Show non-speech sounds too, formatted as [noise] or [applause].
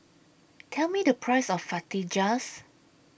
Tell Me The Price of [unintelligible]